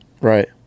Right